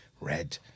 red